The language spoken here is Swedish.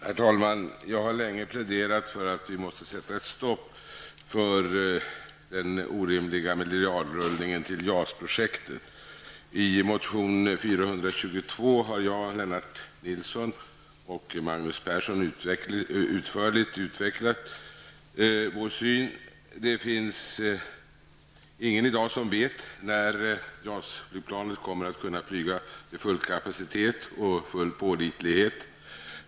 Herr talman! Jag har länge pläderat för att vi måste sätta ett stopp för den orimliga miljardrullningen till JAS-projektet. I motion 422 har jag, Lennart Nilsson och Magnus Persson utförligt utvecklat vår syn. Det finns ingen i dag som vet när JAS flygplanet kommer att flyga med full kapacitet och full pålitlighet.